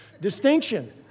distinction